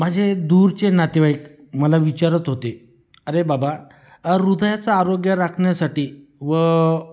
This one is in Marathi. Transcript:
माझे दूरचे नातेवाईक मला विचारत होते अरे बाबा हृदयाचं आरोग्य राखण्यासाठी व